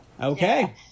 Okay